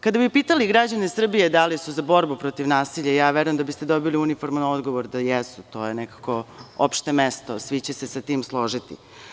Kada bi pitali građane Srbije da li su za borbu protiv nasilja, verujem da biste dobili uniforman odgovor da jesu, to je nekako opšte mesto i svi će se sa tim složiti.